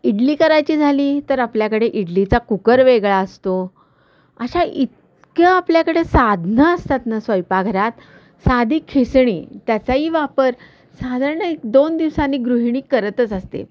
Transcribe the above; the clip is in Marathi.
इडली करायची झाली तर आपल्याकडे इडलीचा कुकर वेगळा असतो अशा इतक्या आपल्याकडे साधनं असतात ना स्वयंपाकघरात साधी खिसणी त्याचाही वापर साधारण एक दोन दिवसांनी गृहिणी करतच असते